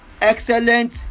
excellent